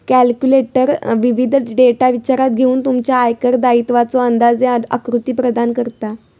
calculator विविध data विचारात घेऊन तुमच्या आयकर दायित्वाचो अंदाजे आकृती प्रदान करता